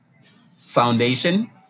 foundation